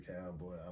cowboy